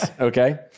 okay